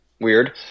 weird